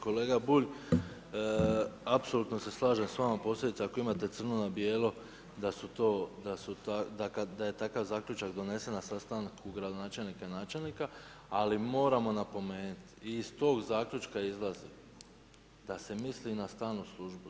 Kolega Bulj, apsolutno se slažem s vama, posebice ako imate crno na bijelo da je takav zaključak donesen na sastanku gradonačelnika i načelnika, ali moramo napomenuti i iz tog zaključka izlazi, da se misli na stalnu službu.